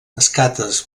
escates